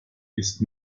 ist